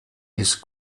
ist